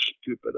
stupid